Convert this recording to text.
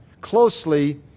closely